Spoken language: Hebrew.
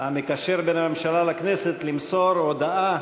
המקשר בין הממשלה לכנסת, למסור הודעה